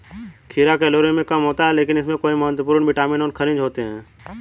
खीरा कैलोरी में कम होता है लेकिन इसमें कई महत्वपूर्ण विटामिन और खनिज होते हैं